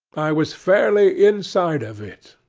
i was fairly inside of it.